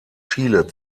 chile